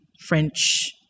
French